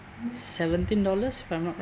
seventeen dollars if I'm not